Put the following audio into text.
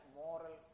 moral